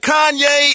Kanye